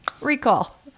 recall